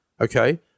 okay